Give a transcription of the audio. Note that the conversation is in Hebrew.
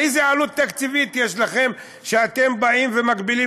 איזו עלות תקציבית יש לכם שאתם באים ומגבילים